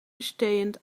bestehend